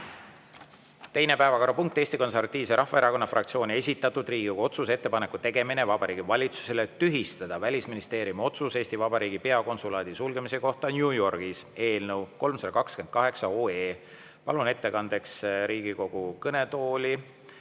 Teine päevakorrapunkt on Eesti Konservatiivse Rahvaerakonna fraktsiooni esitatud Riigikogu otsuse "Ettepaneku tegemine Vabariigi Valitsusele tühistada Välisministeeriumi otsus Eesti Vabariigi peakonsulaadi sulgemise kohta New Yorgis" eelnõu 328. Palun ettekandeks Riigikogu kõnetooli